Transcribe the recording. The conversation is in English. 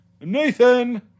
Nathan